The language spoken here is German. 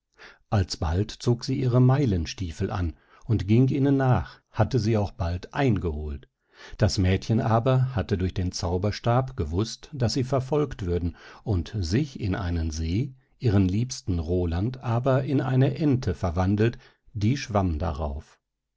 alsbald zog sie ihre meilenstiefeln an und ging ihnen nach hatte sie auch bald eingeholt das mädchen aber hatte durch den zauberstab gewußt daß sie verfolgt würden und sich in einen see ihren liebsten roland aber in eine ente verwandelt die schwamm darauf